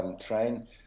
train